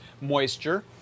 moisture